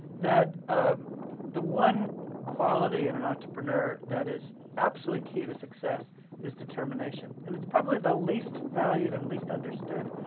that ah the one quality in and and entrepreneur that is absolutely key to success is determination. and it's probably the least valued, and least understood,